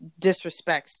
disrespects